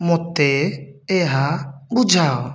ମୋତେ ଏହା ବୁଝାଅ